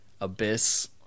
Abyss